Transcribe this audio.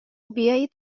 بیایید